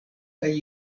kaj